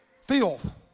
Filth